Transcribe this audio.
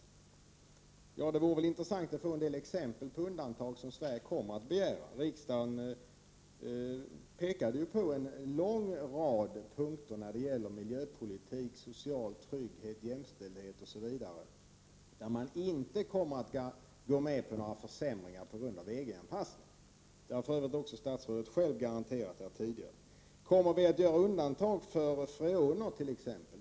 Det vore intressant att få en del exempel på undantag som Sverige kommer att begära. Riksdagen pekade på en lång rad punkter när det gäller miljöpolitik, social trygghet, jämställdhet osv., där man inte kommer att gå med på några försämringar på grund av EG-anpassningen. Detta har för övrigt även statsrådet själv garanterat här tidigare. Kommer vi att göra undantag för t.ex. freoner?